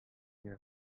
тияр